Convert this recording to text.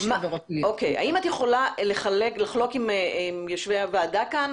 האם את יכולה לחלוק עם יושבי הוועדה כאן,